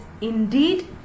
indeed